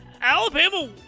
Alabama